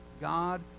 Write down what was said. God